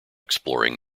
exploring